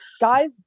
guy's